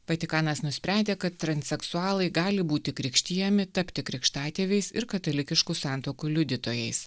vatikanas nusprendė kad transseksualai gali būti krikštijami tapti krikštatėviais ir katalikiškų santuokų liudytojais